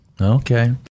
Okay